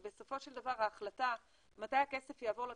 ובסופו של דבר ההחלטה מתי הכסף יעבור לקרן,